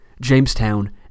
Jamestown